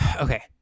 Okay